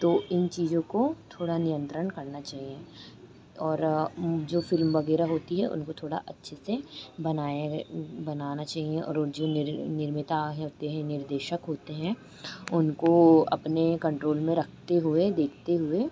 तो इन चीज़ों को थोड़ा नियंत्रण करना चाहिए और जो फ़िल्म वग़ैरह होती है उनको थोड़ा अच्छे से बनाया गए बनाना चाहिए और वो जिन निर निर्मिता होते हैं निर्देशक होते हैं उनको अपने कन्ट्रोल में रखते हुए देखते हुए